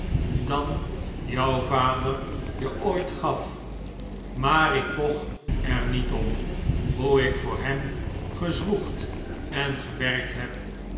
dan jouw vader je ooit gaf maar ik poch er niet op hoe ik voor hem gezwoegd en gewerkt heb